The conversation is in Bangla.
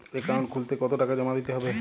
অ্যাকাউন্ট খুলতে কতো টাকা জমা দিতে হবে?